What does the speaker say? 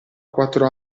quattro